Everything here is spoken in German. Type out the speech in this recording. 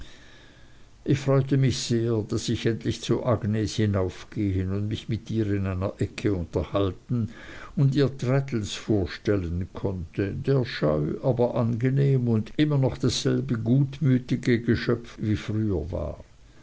ich freute mich sehr daß ich endlich zu agnes hinaufgehen mich mit ihr in einer ecke unterhalten und ihr traddles vorstellen konnte der scheu aber angenehm und immer noch dasselbe gutmütige geschöpf wie früher war